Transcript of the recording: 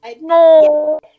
no